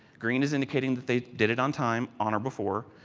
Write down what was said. green is indicating that they did it on time on or before,